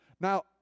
Now